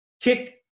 kick